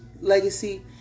Legacy